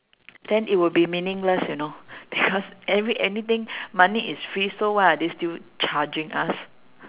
then it will be meaningless you know because every anything money is free so why are they still charging us